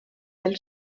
del